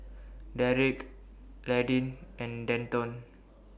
Derick Landin and Denton